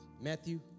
Matthew